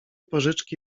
pożyczki